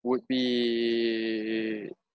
would be